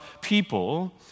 people